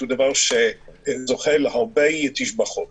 זה דבר שזוכה להרבה תשבחות.